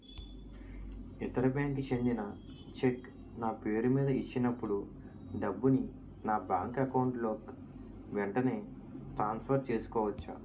ఇతర బ్యాంక్ కి చెందిన చెక్ నా పేరుమీద ఇచ్చినప్పుడు డబ్బుని నా బ్యాంక్ అకౌంట్ లోక్ వెంటనే ట్రాన్సఫర్ చేసుకోవచ్చా?